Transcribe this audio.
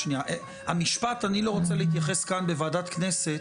המשפט "אני לא רוצה להתייחס" כאן בוועדת כנסת